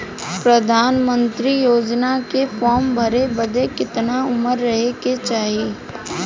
प्रधानमंत्री योजना के फॉर्म भरे बदे कितना उमर रहे के चाही?